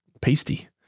pasty